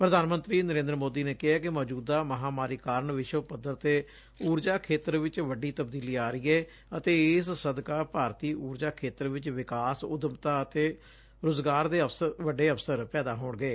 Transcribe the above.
ਪ੍ਰਧਾਨ ਮੰਤਰੀ ਨਰੇਂਦਰ ਸੋਦੀ ਨੇ ਕਿਹੈ ਕਿ ਮੌਚੁਦਾ ਮਹਾਂਮਾਰੀ ਕਾਰਨ ਵਿਸ਼ਵ ਪੱਧਰ ਤੇ ਉਰਜਾ ਖੇਤਰ ਵਿਚ ਵੱਡੀ ਤਬਦੀਲੀ ਆ ਰਹੀ ਏ ਅਤੇ ਇਸ ਸਦਕਾ ਭਾਰਤੀ ਉਰਜਾ ਖੇਤਰ ਵਿਚ ਵਿਕਾਸ ਉੱਦਮਤਾ ਅਤੇ ਰੁਜ਼ਗਾਰ ਦੇ ਵੱਡੇ ਅਵਸਰ ਪੈਦਾ ਹੋਣਗੇ